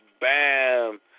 bam